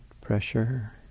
pressure